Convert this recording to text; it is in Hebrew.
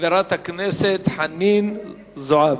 חברת הכנסת חנין זועבי.